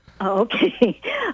Okay